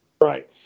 Right